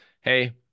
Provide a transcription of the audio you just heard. hey